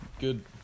good